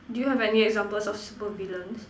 do you have any examples of super villain